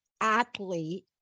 athlete